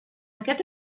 aquest